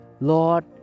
Lord